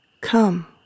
Come